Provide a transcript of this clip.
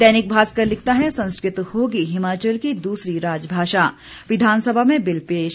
दैनिक भास्कर लिखता है संस्कृत होगी हिमाचल की दूसरी राजभाषा विधानसभा में बिल पेश